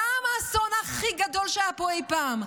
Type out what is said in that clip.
גם האסון הכי גדול שהיה פה אי פעם,